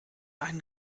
einen